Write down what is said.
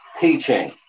teaching